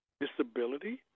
disability